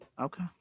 Okay